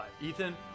Ethan